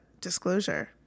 disclosure